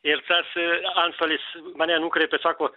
ir tas antstolis mane nukreipė sako